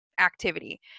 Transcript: activity